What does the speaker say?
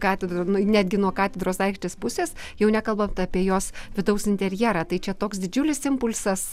katedra nu netgi nuo katedros aikštės pusės jau nekalbant apie jos vidaus interjerą tai čia toks didžiulis impulsas